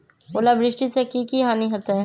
ओलावृष्टि से की की हानि होतै?